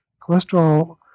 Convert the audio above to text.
cholesterol